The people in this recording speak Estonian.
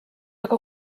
aga